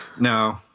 No